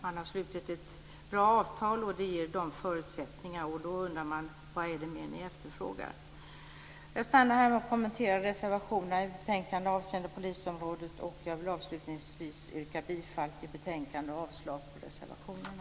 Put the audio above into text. Man har slutit ett bra avtal, och det ger de här förutsättningarna. Då undrar man vad mer ni efterfrågar. Jag stannar här när det gäller att kommentera reservationerna i betänkandet avseende polisområdet. Jag vill avslutningsvis yrka bifall till hemställan i betänkandet och avslag på reservationerna.